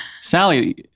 Sally